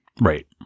right